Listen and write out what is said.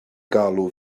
galw